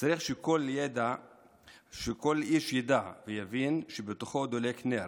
צריך שכל איש ידע ויבין שבתוכו דולק נר,